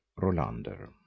Rolander